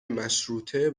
مشروطه